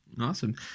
awesome